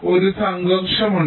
ഒരു സംഘർഷം ഉണ്ട്